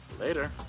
Later